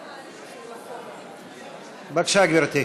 בבקשה, גברתי.